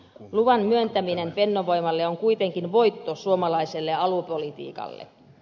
luvan myöntäminen fennovoimalle on kuitenkin voitto suomalaiselle aluepolitiikalle